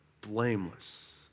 blameless